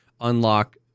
unlock